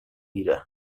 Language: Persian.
گیره